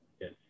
yes